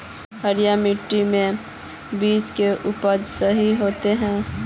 हरिया मिट्टी में बीज के उपज सही होते है?